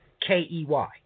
K-E-Y